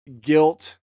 guilt